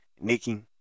Nikki